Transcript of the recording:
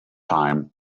time